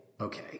okay